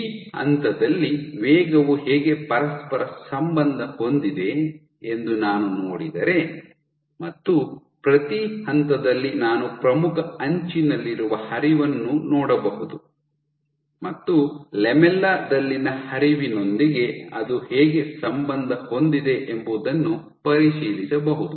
ಈ ಹಂತದಲ್ಲಿ ವೇಗವು ಹೇಗೆ ಪರಸ್ಪರ ಸಂಬಂಧ ಹೊಂದಿದೆ ಎಂದು ನಾನು ನೋಡಿದರೆ ಮತ್ತು ಪ್ರತಿ ಹಂತದಲ್ಲಿ ನಾನು ಪ್ರಮುಖ ಅಂಚಿನಲ್ಲಿರುವ ಹರಿವನ್ನು ನೋಡಬಹುದು ಮತ್ತು ಲ್ಯಾಮೆಲ್ಲಾ ದಲ್ಲಿನ ಹರಿವಿನೊಂದಿಗೆ ಅದು ಹೇಗೆ ಸಂಬಂಧ ಹೊಂದಿದೆ ಎಂಬುದನ್ನು ಪರಿಶೀಲಿಸಬಹುದು